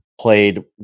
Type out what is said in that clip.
played